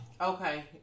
Okay